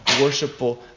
worshipful